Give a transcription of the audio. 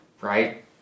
right